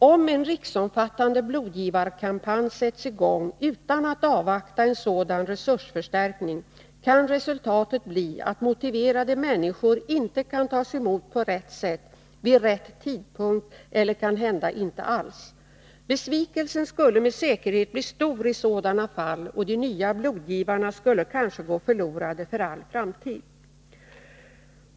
Om en riksomfattande blodgivarkampanj sätts i gång utan att man avvaktar en sådan resursförstärkning, kan resultatet bli att motiverade människor inte kan tas emot på rätt sätt, vid rätt tidpunkt eller kanhända inte alls. Bevikelsen skulle med säkerhet bli stor i sådana fall, och de nya blodgivarna skulle kanske gå förlorade för all framtid.